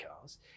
cars